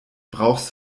brauchst